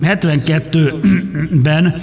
72-ben